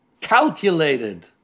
calculated